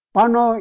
Pano